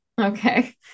Okay